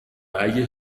اگه